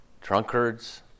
drunkards